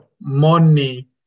money